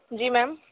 जी ma'am